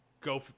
Go